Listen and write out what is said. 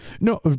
No